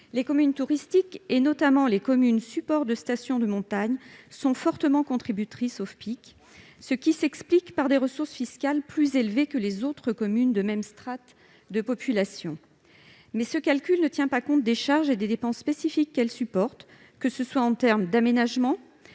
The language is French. les communes touristiques, notamment les communes supports de stations de montagne, sont fortement contributrices au FPIC, du fait de leurs ressources fiscales plus élevées que celles des autres communes de même strate de population. Mais ce calcul ne tient pas compte des charges et dépenses spécifiques qu'elles supportent, en termes d'aménagement,